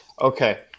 Okay